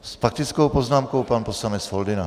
S faktickou poznámkou pan poslanec Foldyna.